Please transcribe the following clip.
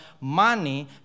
money